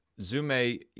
Zume